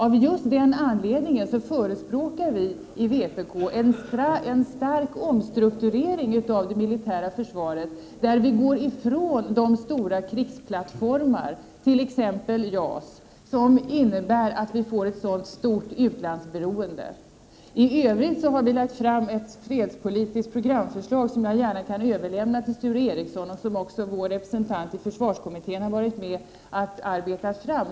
Av just den anledningen förespråkar vi i vpk en stark omstrukturering av det militära försvaret innebärande att vi går ifrån de stora krigsplattformar — t.ex. JAS —- som medför ett så starkt utlandsberoende för oss. I övrigt har vi lagt fram ett fredspolitiskt programförslag — jag överlämnar gärna ett exemplar till Sture Ericson — som vår representant i försvarskommittén har varit med om att arbeta fram.